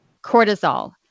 cortisol